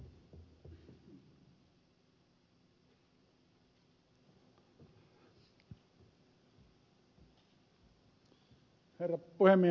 herra puhemies